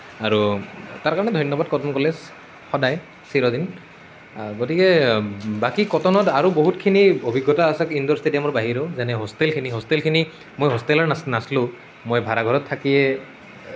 আৰু তাৰ কাৰণে ধন্যবাদ কটন কলেজ সদায় চিৰদিন গতিকে বাকী কটনত আৰু বহুতখিনি অভিজ্ঞতা আছে ইনডোৰ ষ্টেডিয়ামৰ বাহিৰেও যেনে হোষ্টেলখিনি হোষ্টেলখিনি মই হোষ্টেলাৰ না নাছিলোঁ মই ভাড়াঘৰত থাকিয়েই